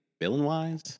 villain-wise